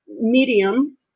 medium